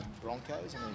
Broncos